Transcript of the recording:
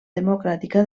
democràtica